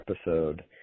episode